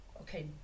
Okay